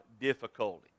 difficulty